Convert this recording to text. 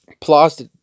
Plus